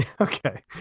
Okay